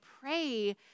pray